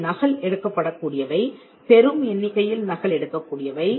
இவை நகல் எடுக்கப்படக் கூடியவை பெரும் எண்ணிக்கையில் நகலெடுக்கக் கூடியவை